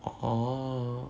orh